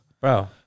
Bro